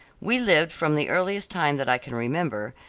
we lived from the earliest time that i can remember,